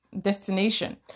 destination